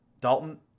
Dalton